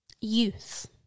Youth